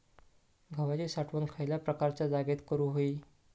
गव्हाची साठवण खयल्या प्रकारच्या जागेत करू होई?